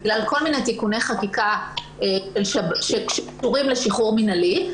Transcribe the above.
בגלל כל מיני תיקוני חקיקה שקשורים לשחרור מינהלי,